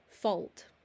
fault